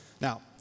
Now